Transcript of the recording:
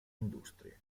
industrie